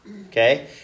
okay